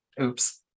Oops